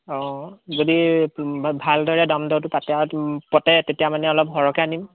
অঁ যদি ভালদৰে দাম দৰটো পাতা পতে তেতিয়া মানে অলপ সৰহকৈ আনিম